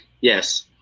Yes